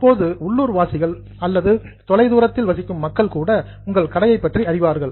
அப்போது உள்ளூர் வாசிகள் அல்லது ஃபார்அவே தொலை தூரத்தில் வசிக்கும் மக்கள் கூட உங்கள் கடையை பற்றி அறிவார்கள்